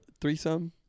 threesome